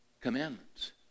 commandments